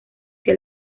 que